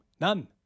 None